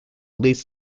leads